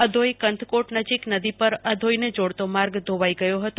આધોઈ કંથકોટ નજીક નદી પર આધોઈને જોડતો માર્ગ ધોવાઈ ગયો હતો